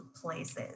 places